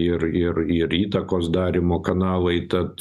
ir ir ir įtakos darymo kanalai tad